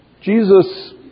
Jesus